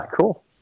cool